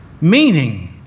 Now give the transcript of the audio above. meaning